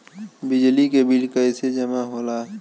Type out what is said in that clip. बिजली के बिल कैसे जमा होला?